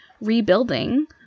rebuilding